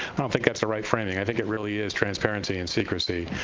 i don't think that's the right framing. i think it really is transparency and secrecy.